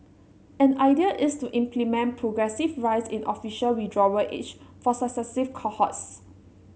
an idea is to implement progressive rise in official withdrawal age for cohorts